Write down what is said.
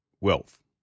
wealth